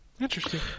Interesting